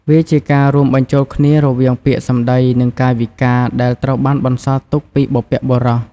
វាជាការរួមបញ្ចូលគ្នារវាងពាក្យសម្ដីនិងកាយវិការដែលត្រូវបានបន្សល់ទុកពីបុព្វបុរស។